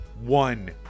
one